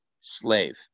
slave